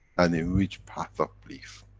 and in which path of belief?